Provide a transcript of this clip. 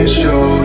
show